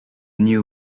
new